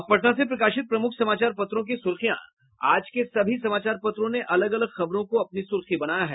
अब पटना से प्रकाशित प्रमुख समाचार पत्रों की सुर्खियां आज के सभी समाचार पत्रों ने अलग अलग खबरों को अपनी सुर्खी बनाया है